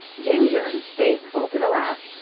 ginger, faithful to the last,